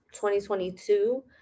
2022